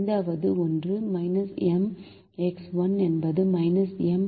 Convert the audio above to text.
ஐந்தாவது ஒன்று M x 1 என்பது M 0